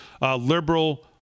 liberal